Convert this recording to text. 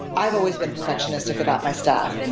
i've always been perfectionistic about my staff.